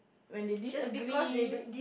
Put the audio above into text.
when they disagree